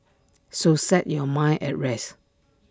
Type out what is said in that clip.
so set your mind at rest